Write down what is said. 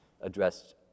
addressed